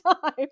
time